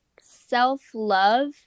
self-love